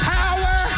power